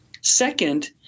Second